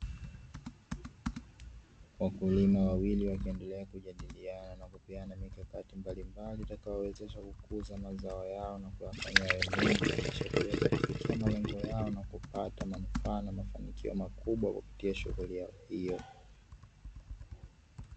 Wakulima wawili wakiendelea kujadiliana na kupeana mikakati mbalimbali itakayo wezesha kukuza mazao yao na kuyafanya yawe mengi, kisha kuweza kufikia malengo yao na kupata manufaa na mafanikio makubwa kwa kupitia shughuli yao hio.